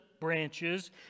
branches